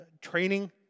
training